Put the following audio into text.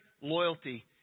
loyalty